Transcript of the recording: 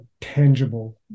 tangible